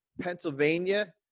Pennsylvania